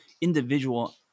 individual